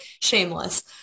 shameless